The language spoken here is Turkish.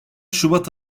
şubat